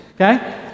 okay